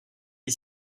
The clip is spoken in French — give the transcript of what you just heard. est